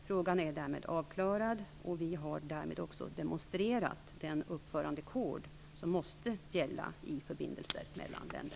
Frågan är därmed avklarad, och vi har därmed också demonstrerat den uppförandekod som måste gälla i förbindelser mellan länder.